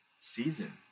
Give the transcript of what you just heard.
season